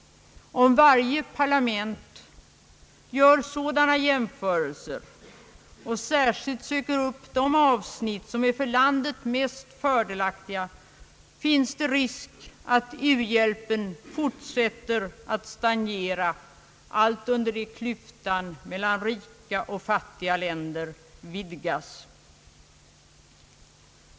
Om varje parlament gör sådana jämförelser och särskilt söker upp de avsnitt, som är för landet mest fördel aktiga, finns det risk att u-hjälpen fortsätter att stagnera allt under det att klyftan mellan rika och fattiga länder vidgas.